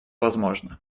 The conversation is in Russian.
возможно